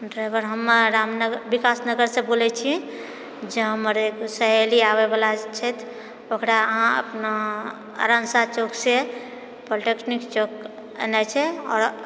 driver हम रामनगर विकासनगरसँ बोलए छी जे हमर सहेली आबए बला छथि ओकरा अहाँ अपना आर एन शाह चौकसँ पॉलिटेक्निक चौक एनाए छै आओर